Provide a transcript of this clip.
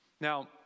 now